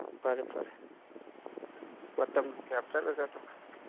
ꯐꯔꯦ ꯐꯔꯦ ꯃꯇꯝ ꯀꯌꯥꯝ ꯆꯠꯂꯖꯥꯠꯅꯣ